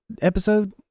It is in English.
episode